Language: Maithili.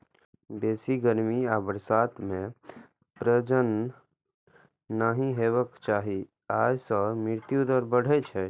बेसी गर्मी आ बरसात मे प्रजनन नहि हेबाक चाही, अय सं मृत्यु दर बढ़ै छै